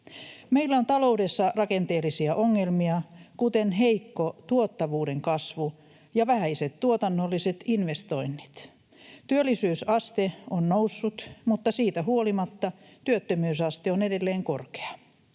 Meillä on taloudessa rakenteellisia ongelmia, kuten heikko tuottavuuden kasvu ja vähäiset tuotannolliset investoinnit. Työllisyysaste on noussut, mutta siitä huolimatta työttömyysaste on edelleen korkea.